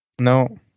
No